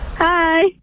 Hi